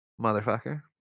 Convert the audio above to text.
Motherfucker